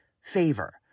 favor